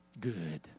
good